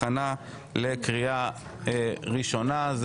הכנה לקריאה הראשונה.